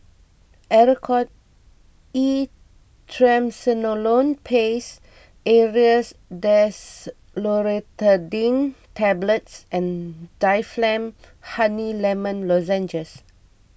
Oracort E Triamcinolone Paste Aerius DesloratadineTablets and Difflam Honey Lemon Lozenges